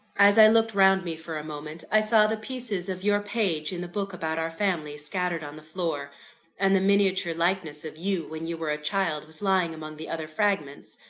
as i looked round me for a moment, i saw the pieces of your page in the book about our family, scattered on the floor and the miniature likeness of you, when you were a child, was lying among the other fragments.